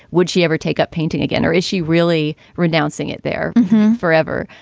would she ever take up painting again or is she really renouncing it there forever?